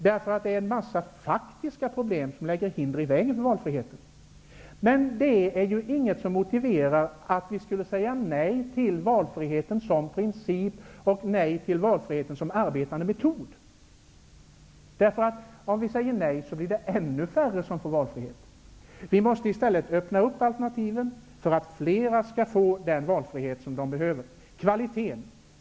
Det är en massa faktiska problem som lägger hinder i vägen för valfriheten, men det är ingenting som motiverar att vi skulle säga nej till valfriheten som princip och arbetande metod. Om vi säger nej blir det ännu färre som får valfrihet. Vi måste i stället öppna för alternativen, för att flera skall få den valfrihet som de behöver.